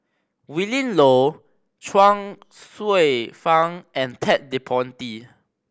Willin Low Chuang Hsueh Fang and Ted De Ponti